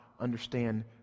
understand